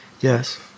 Yes